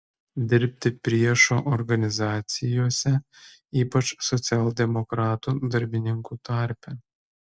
dirbti priešo organizacijose ypač socialdemokratų darbininkų tarpe